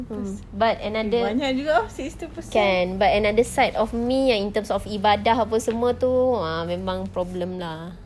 mm but another can but another side of me yang in terms of ibadah semua itu memang problem lah